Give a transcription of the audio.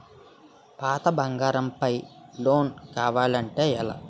పాత బంగారం పై లోన్ కావాలి అంటే ఎలా?